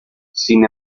sin